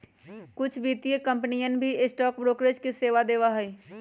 कुछ वित्तीय कंपनियन भी स्टॉक ब्रोकरेज के सेवा देवा हई